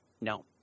No